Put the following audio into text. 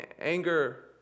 Anger